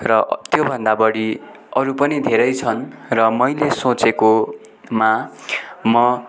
र त्योभन्दा बढी अरू पनि धेरै छन् र मैले सोचेकोमा म